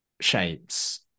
shapes